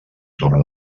torre